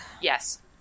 Yes